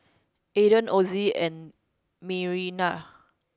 Aden Ozi and Mirinda